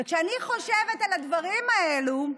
וכשאני חושבת על הדברים האלה,